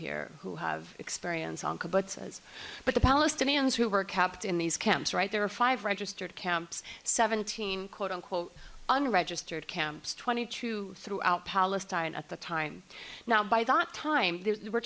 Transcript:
here who have experience on call but says but the palestinians who were kept in these camps right there are five registered camps seventeen quote unquote unregistered camps twenty two throughout palestine at the time now by that time